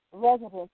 Residents